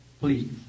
Please